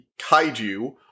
kaiju